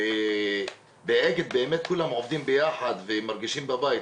באגד כולם עובדים ביחד ומרגישים בבית,